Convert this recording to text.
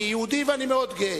אני יהודי, ואני מאוד גאה.